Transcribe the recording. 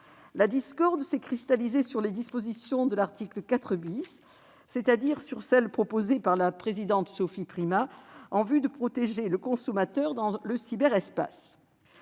La discorde s'est cristallisée sur les dispositions de l'article 4 , c'est-à-dire sur celles qui ont été proposées par la présidente Sophie Primas en vue de protéger le consommateur dans le cyberespace.